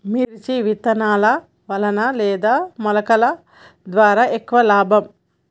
మిర్చి విత్తనాల వలన లేదా మొలకల ద్వారా ఎక్కువ లాభం?